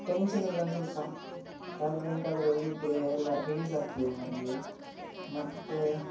tension ಎಲ್ಲ ಸ್ವಲ್ಪ ತಲೆಲಿ ಎಂತಾದರು ಇದಿದ್ದರೆ ಎಲ್ಲ ರಿಲೀಸ್ ಆಗ್ತದೆ ನಮಗೆ ಮತ್ತೆ